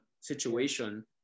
situation